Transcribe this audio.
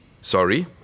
Sorry